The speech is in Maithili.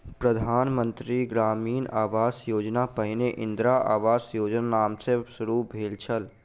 प्रधान मंत्री ग्रामीण आवास योजना पहिने इंदिरा आवास योजनाक नाम सॅ शुरू भेल छल